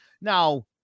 Now